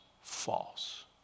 false